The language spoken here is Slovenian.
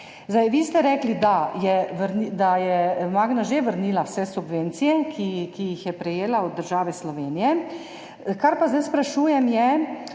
Vi ste rekli, da je, da je Magna že vrnila vse subvencije, ki jih je prejela od države Slovenije, kar pa zdaj sprašujem, je,